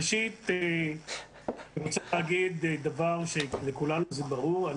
צריך לומר דבר שלכולנו הוא ברור.